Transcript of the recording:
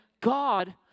God